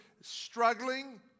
struggling